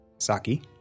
Saki